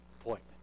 appointment